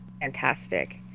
fantastic